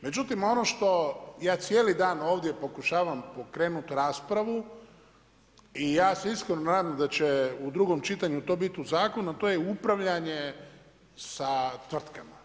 Međutim ono što ja cijeli dan ovdje pokušavam pokrenut raspravu i ja se iskreno nadam da će u drugom čitanju to biti u zakonu, a to je upravljanje za sa tvrtkama.